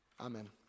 Amen